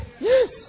Yes